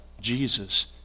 Jesus